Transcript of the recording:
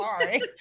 sorry